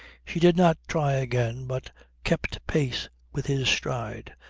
she did not try again but kept pace with his stride,